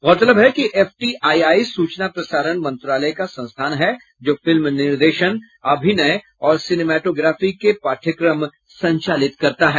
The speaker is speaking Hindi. गौरतलब है कि एफटीआईआई सूचना प्रसारण मंत्रालय का संस्थान है जो फिल्म निर्देशन अभिनय और सिनेमेटोग्राफी के पाठ्यक्रम संचालित करता है